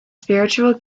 spiritual